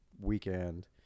weekend